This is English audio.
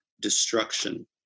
destruction